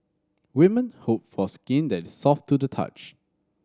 women hope for skin that is soft to the touch